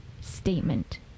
statement